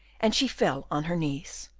and she fell on her knees.